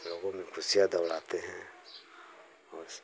लोगों में खुशियाँ दौड़ाते हैं उस